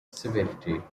severity